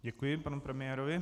Děkuji panu premiérovi.